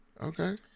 Okay